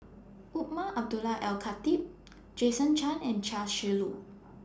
Umar Abdullah Al Khatib Jason Chan and Chia Shi Lu